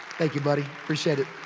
thank you, buddy. appreciate it.